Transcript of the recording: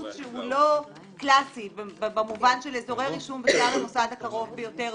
ששיבוץ שהוא לא קלאסי במובן של אזורי רישום במוסד הקרוב ביותר,